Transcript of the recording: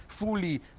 fully